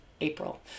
April